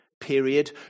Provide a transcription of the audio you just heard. period